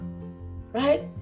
right